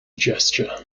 gesture